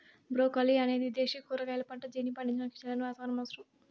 broccoli అనేది విదేశ కూరగాయ పంట, దీనిని పండించడానికి చల్లని వాతావరణం అవసరం